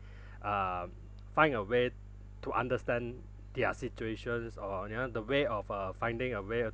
um find a way to understand their situations or you know the way of uh finding a way of